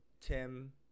Tim